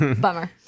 Bummer